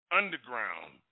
underground